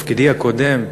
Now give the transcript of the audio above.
בתפקידי הקודם,